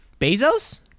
Bezos